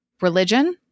religion